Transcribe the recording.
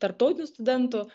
tarptautinių studentų